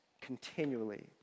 continually